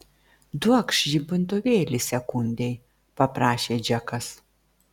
duokš žibintuvėlį sekundei paprašė džekas